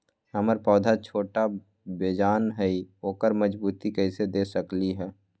हमर पौधा छोटा बेजान हई उकरा मजबूती कैसे दे सकली ह?